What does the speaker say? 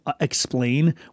explain